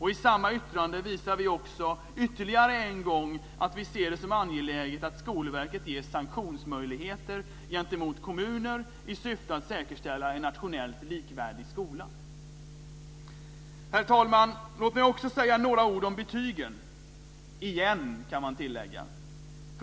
I samma yttrande visar vi också ytterligare en gång att vi ser det som angeläget att Skolverket ges sanktionsmöjligheter gentemot kommuner i syfte att säkerställa en nationellt likvärdig skola. Herr talman! Låt mig också säga några ord om betygen - igen, kan jag tillägga.